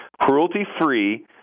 cruelty-free